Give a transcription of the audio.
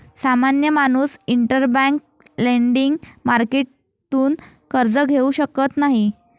सामान्य माणूस interbank lending मार्केटतून कर्ज घेऊ शकत नाही